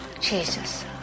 Jesus